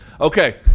Okay